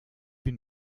bin